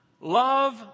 love